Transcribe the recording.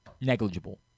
Negligible